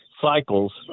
cycles